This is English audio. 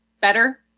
better